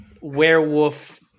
werewolf